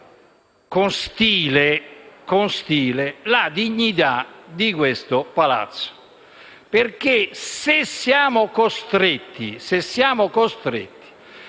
e stile la dignità di questo Palazzo. Infatti, se siamo costretti